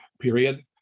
period